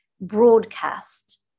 broadcast